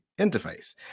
interface